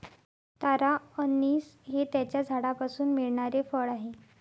तारा अंनिस हे त्याच्या झाडापासून मिळणारे फळ आहे